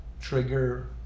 trigger